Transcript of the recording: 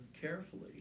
carefully